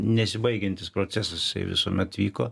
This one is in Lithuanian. nesibaigiantis procesas visuomet vyko